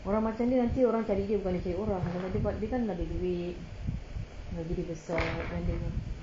orang macam dia nanti orang cari dia bukan dia cari orang sebab dia kan ada duit gaji dia besar